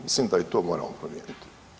Mislim da i to moramo promijeniti.